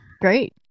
great